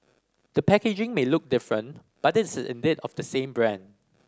the packaging may look different but it is indeed of the same brand